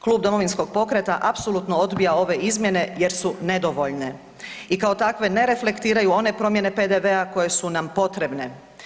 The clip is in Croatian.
Klub Domovinskog pokreta apsolutno odbija ove izmjene jer su nedovoljne i kao takve ne reflektiraju one promjene PDV-a koje su nam potrebne.